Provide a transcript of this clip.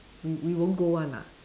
we we won't go [one] ah